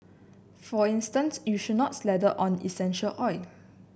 for instance you should not slather on essential oil